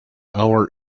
our